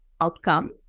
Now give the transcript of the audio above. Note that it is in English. outcome